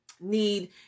need